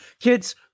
Kids